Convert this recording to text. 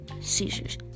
seizures